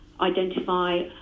identify